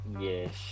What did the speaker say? Yes